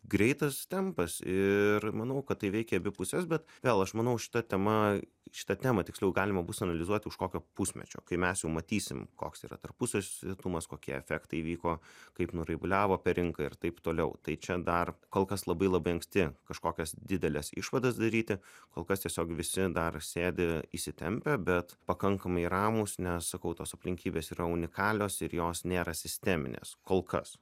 greitas tempas ir manau kad tai veikia abi puses bet vėl aš manau šita tema šitą temą tiksliau galima bus analizuoti už kokio pusmečio kai mes jau matysim koks yra tarpusavio susietumas kokie efektai vyko kaip nuraibuliavo per rinką ir taip toliau tai čia dar kol kas labai labai anksti kažkokias dideles išvadas daryti kol kas tiesiog visi dar sėdi įsitempę bet pakankamai ramūs nes sakau tos aplinkybės yra unikalios ir jos nėra sisteminės kol kas